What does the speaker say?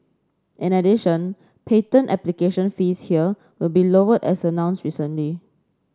in addition patent application fees here will be lowered as announced recently